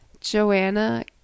Joanna